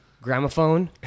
Gramophone